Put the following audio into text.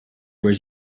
was